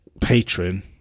patron